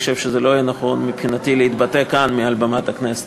אני חושב שזה לא יהיה נכון מבחינתי להתבטא כאן מעל בימת הכנסת.